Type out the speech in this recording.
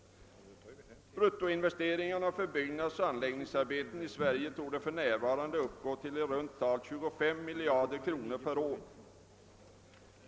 Bruttoinvesteringarna för byggnadsoch anläggningsarbeten i Sverige torde för närvarande uppgå till i runt tal 25 miljarder kronor om året.